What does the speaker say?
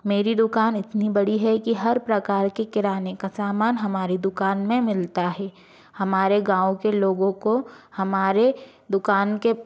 मेरी दुकान इतनी बड़ी हैं कि हर प्रकार की किराने का सामान हमारी दुकान में मिलता है हमारे गाँव के लोग को हमारे दुकान के